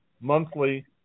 monthly